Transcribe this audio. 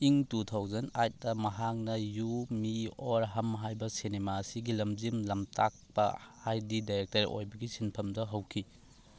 ꯏꯪ two thousand ꯑꯥꯏꯠꯇ ꯃꯍꯥꯛꯅ ꯌꯨ ꯃꯤ ꯑꯣꯔ ꯍꯝ ꯍꯥꯏꯕ ꯁꯤꯅꯦꯃꯥꯁꯤꯒꯤ ꯂꯝꯖꯤꯡ ꯂꯝꯇꯥꯛꯄ ꯍꯥꯏꯗꯤ ꯗꯥꯏꯔꯦꯛꯇꯔ ꯑꯣꯏꯕꯒꯤ ꯁꯤꯟꯐꯝꯗ ꯍꯧꯈꯤ